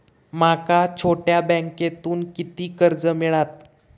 माका छोट्या बँकेतून किती कर्ज मिळात?